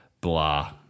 blah